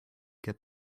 get